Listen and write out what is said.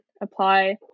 apply